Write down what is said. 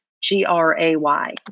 g-r-a-y